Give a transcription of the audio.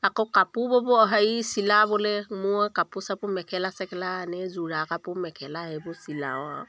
আকৌ কাপোৰ ব'ব হেৰি চিলাবলৈ মই কাপোৰ চাপোৰ মেখেলা চেখেলা এনেই যোৰা কাপোৰ মেখেলা সেইবোৰ চিলাওঁ আৰু